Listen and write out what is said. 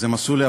אז הם עשו לי,